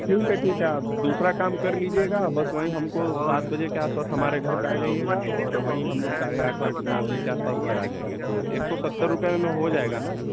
ठीक है ठीक है आप दूसरा काम कर लीजिएगा बस वही हमको सात बजे के आस पास हमारे घर पर आ जाईएगा और वही हम लोग साढ़े आठ वाठ नौ बजे के आस पास घर आ जाएँगे तो एक सौ सत्तर रुपये में हो जाएगा ना